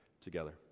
together